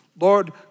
Lord